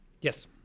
yes